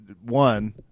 One